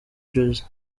jersey